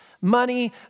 money